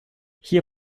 hier